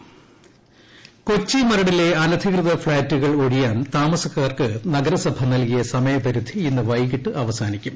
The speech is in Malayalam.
മരട് ഫ്ളാറ്റ് സമയപരിധി കൊച്ചി മരടിലെ അനധികൃത ഫ്ളാറ്റുകൾ ഒഴിയാൻ താമസക്കാർക്ക് നഗരസഭ നൽകിയ സമയപരിധി ഇന്ന് വൈകിട്ട് അവസാനിക്കും